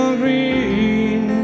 green